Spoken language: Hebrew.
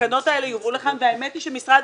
שהתקנות האלה יובאו לכאן והאמת היא שמשרד